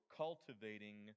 cultivating